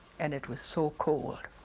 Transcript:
and it was so cold.